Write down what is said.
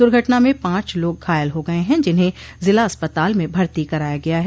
दुर्घटना में पांच लोग घायल हो गये हैं जिन्हें जिला अस्पताल में भर्ती कराया गया है